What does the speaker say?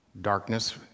Darkness